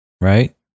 Right